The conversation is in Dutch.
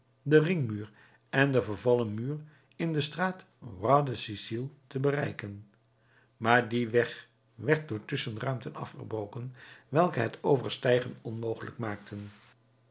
den ringmuur en den vervallen muur in de straat roi de sicile te bereiken maar die weg werd door tusschenruimten afgebroken welke het overstijgen onmogelijk maakten